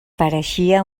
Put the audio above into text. pareixia